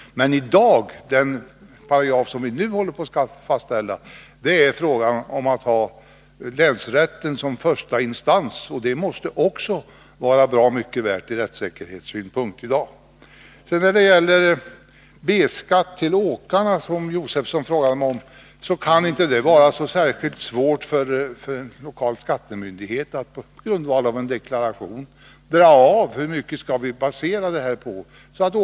Enligt den paragraf som vi nu håller på att fastställa är länsrätten första instans, vilket måste vara mycket värt från rättssäkerhetssynpunkt. När det gäller åkarnas B-skatt, som Stig Josefson talade om, kan det inte vara så svårt för en lokal skattemyndighet att på grundval av en deklaration bestämma inkomsten och grunden för skatteavdrag.